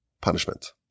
punishment